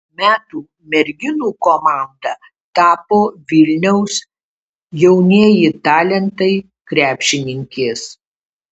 metų merginų komanda tapo vilniaus jaunieji talentai krepšininkės